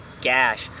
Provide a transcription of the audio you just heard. gash